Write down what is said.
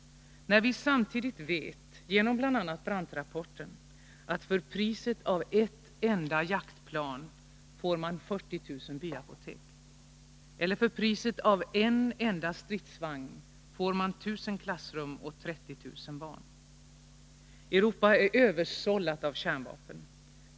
Vi vet också, genom bl.a. Brandtrapporten, att man för priset av ett enda jaktplan får 40 000 byapotek. För priset av en enda stridsvagn får man 1 000 klassrum åt 30 000 barn! Europa är översållat av kärnvapen.